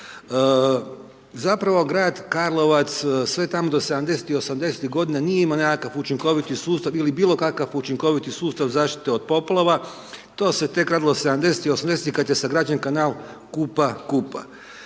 Zapravo grad Karlovac sve tamo do 70-tih i 80-tih godina nije imao nekakav učinkoviti sustav ili bilo kakav učinkoviti sustav zaštite od poplava. To se tek radilo 70-tih i 80-tih kad je sagrađen kanal Kupa-Kupa.